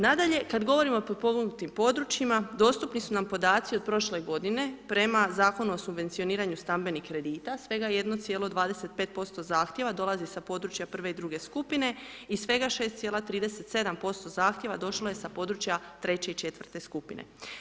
Nadalje, kada govorimo o potpomognutim područjima dostupni su nam podaci od prošle godine prema Zakonu o subvencioniranju stambenih kredita svega 1,25% zahtjeva dolazi sa područja prve i druge skupine i svega 6,37% zahtjeva došlo je sa područja treće i četvrte skupine.